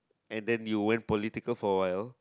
and then you went political for awhile